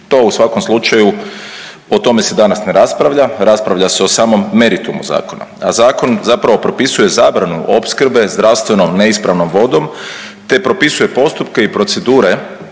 To u svakom slučaju, o tome se danas ne raspravlja, rasprava se o samom meritumu zakona. A zakon zapravo propisuje zabranu opskrbe zdravstveno neispravnom vodom te propisuje postupke i procedure